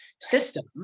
system